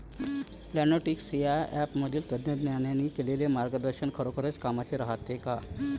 Plantix या ॲपमधील तज्ज्ञांनी केलेली मार्गदर्शन खरोखरीच कामाचं रायते का?